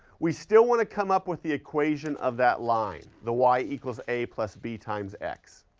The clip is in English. we still want to come up with the equation of that line, the y equals a plus b times x.